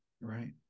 Right